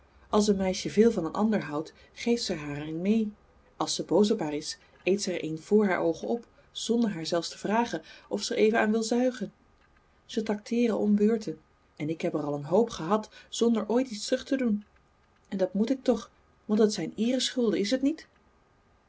als een meisje veel van een ander houdt geeft ze haar er een mee als zij boos op haar is eet zij er een voor haar oogen op zonder haar zelfs te vragen of ze er even aan wil zuigen ze tracteeren om beurten en ik heb er al een hoop gehad zonder ooit iets terug te doen en dat moet ik toch want het zijn eereschulden is t niet